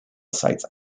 sites